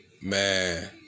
Man